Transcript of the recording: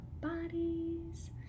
bodies